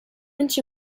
into